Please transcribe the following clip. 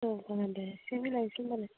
अ जागोन दे एसे मिलायनोसै होनबालाय